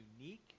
unique